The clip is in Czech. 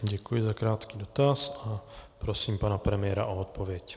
Děkuji za krátký dotaz a prosím pana premiéra o odpověď.